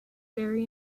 very